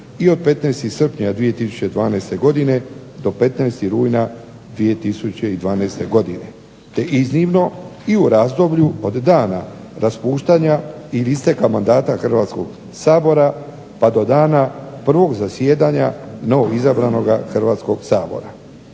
i od 15. srpnja 2012. godine do 15. rujna 2012. godine, te iznimno i u razdoblju od dana raspuštanja ili isteka mandata Hrvatskog sabora, pa do dana prvog zasjedanja novog izabranoga Hrvatskog sabora.